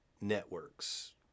networks